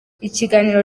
ikiganiro